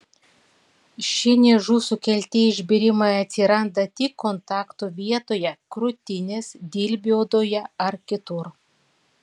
šie niežų sukelti išbėrimai atsiranda tik kontakto vietoje krūtinės dilbio odoje ar kitur